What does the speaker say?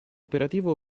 operativo